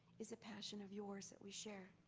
is a passion of yours that we share.